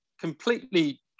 completely